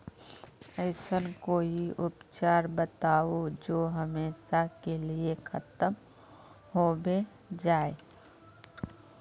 ऐसन कोई उपचार बताऊं जो हमेशा के लिए खत्म होबे जाए?